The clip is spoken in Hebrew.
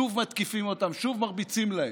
שוב מתקיפים אותם, שוב מרביצים להם.